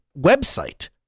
website